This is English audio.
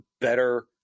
better